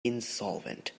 insolvent